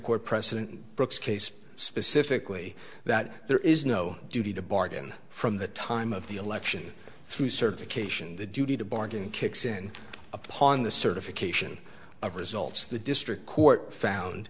court precedent brooks case specifically that there is no duty to bargain from the time of the election through certification the duty to bargain kicks in upon the certification of results the district court found